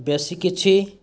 ବେଶି କିଛି